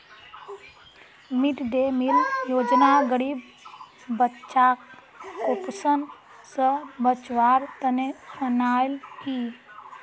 mid day meal योजना गरीब बच्चाक कुपोषण स बचव्वार तने अन्याल कि